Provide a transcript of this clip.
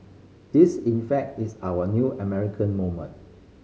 this in fact is our new American moment